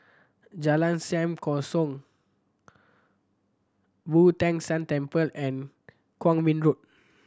Jalan Sam Kongsi Boo Tong San Temple and Kwong Min Road